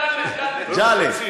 ג'עלה, ג'עלה.